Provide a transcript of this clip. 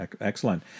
Excellent